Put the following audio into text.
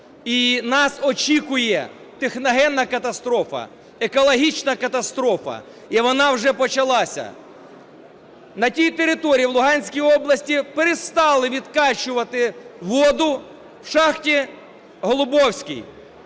І нас очікує техногенна катастрофа, екологічна катастрофа, і вона вже почалася. На тій території в Луганській області перестали відкачувати воду в шахті "Голубовській".